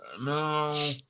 no